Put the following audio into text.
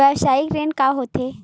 व्यवसायिक ऋण का होथे?